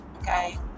okay